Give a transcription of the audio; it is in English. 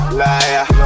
liar